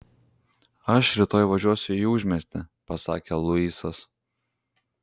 aš rytoj važiuosiu į užmiestį pasakė luisas